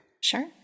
Sure